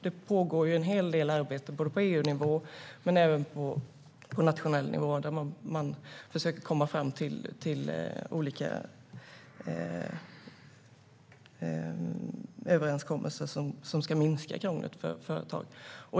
Det pågår en hel del arbete på både EU-nivå och på nationell nivå för att nå fram till överenskommelser som ska minska krånglet för företag.